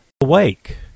awake